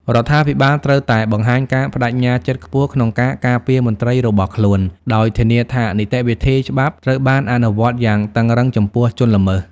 រដ្ឋាភិបាលត្រូវតែបង្ហាញការប្ដេជ្ញាចិត្តខ្ពស់ក្នុងការការពារមន្ត្រីរបស់ខ្លួន ដោយធានាថានីតិវិធីច្បាប់ត្រូវបានអនុវត្តយ៉ាងតឹងរ៉ឹងចំពោះជនល្មើស។